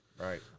Right